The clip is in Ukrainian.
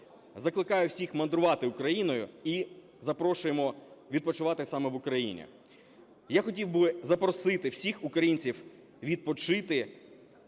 Закликаю всіх мандрувати Україною і запрошуємо відпочивати саме в Україні. Я хотів би запросити всіх українців відпочити